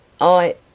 I